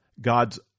God's